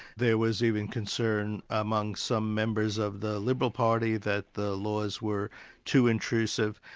there was even concern among some members of the liberal party that the laws were too intrusive,